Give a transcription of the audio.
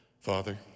Father